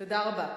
תודה רבה.